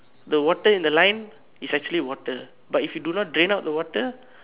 the water in the line is actually water but if you don't drain out the water